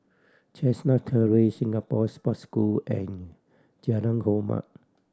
Chestnut Terrace Singapore Sports School and Jalan Hormat